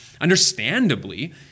understandably